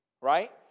Right